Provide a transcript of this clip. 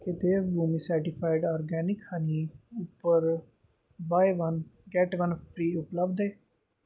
क्या देवभूमि सर्टिफाइड जैविक हनी उप्पर buy one get one free उपलब्ध ऐ